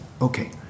Okay